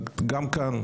גם כאן,